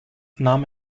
nahm